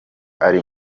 ari